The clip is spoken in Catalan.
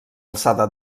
alçada